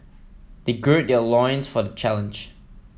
they gird their loins for the challenge